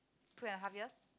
two and a half years